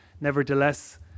Nevertheless